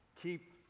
keep